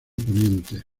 poniente